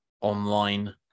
online